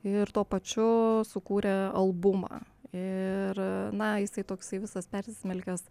ir tuo pačiu sukūrė albumą ir na jisai toksai visas persismelkęs